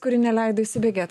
kuri neleido įsibėgėt